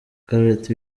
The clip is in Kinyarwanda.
gareth